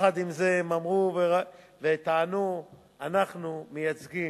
ויחד עם זה הם אמרו וטענו: אנחנו מייצגים